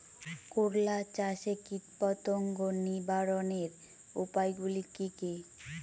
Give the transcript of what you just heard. করলা চাষে কীটপতঙ্গ নিবারণের উপায়গুলি কি কী?